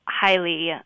highly